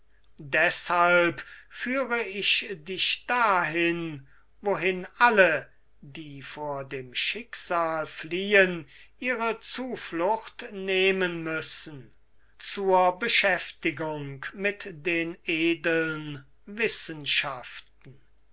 deshalb führe ich dich dahin wohin alle die vor dem schicksal fliehen ihre zuflucht nehmen müssen zur beschäftigung mit den edeln wissenschaften